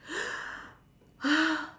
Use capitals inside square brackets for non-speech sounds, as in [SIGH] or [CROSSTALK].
[BREATH]